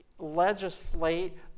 legislate